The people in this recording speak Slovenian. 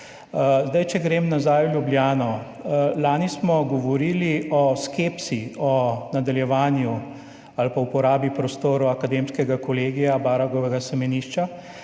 Če grem nazaj v Ljubljano. Lani smo govorili o skepsi glede nadaljevanja ali uporabe prostorov Akademskega kolegija, Baragovega semenišča.